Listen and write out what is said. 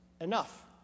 enough